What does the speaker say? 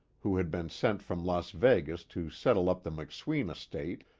who had been sent from las vegas to settle up the mcsween estate,